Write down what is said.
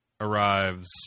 arrives